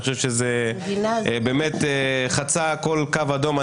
אני חושב שזה באמת חצה כל קו אדום.